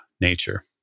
nature